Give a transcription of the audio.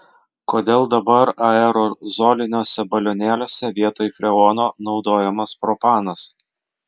kodėl dabar aerozoliniuose balionėliuose vietoj freono naudojamas propanas